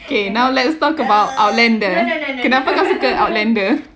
okay now let's talk about outlander kenapa kau suka outlander